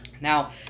Now